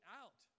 out